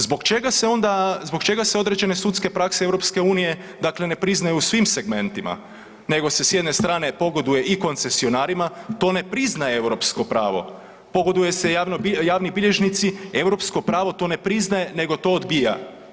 Zbog čega se onda, zbog čega se određene sudske prakse EU dakle ne priznaju u svim segmentima, nego se s jedne strane pogoduje i koncesionarima, to ne priznaje europsko pravo, pogoduje se javni bilježnici, europsko pravo to ne priznaje nego to odbija.